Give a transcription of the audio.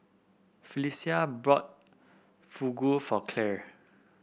Phylicia bought Fugu for Clare